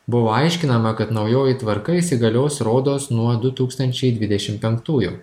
buvo aiškinama kad naujoji tvarka įsigalios rodos nuo du tūkstančiai dvidešim penktųjų